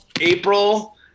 april